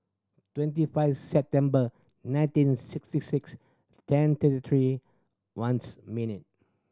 twenty five September nineteen sixty six ten thirty three ones minute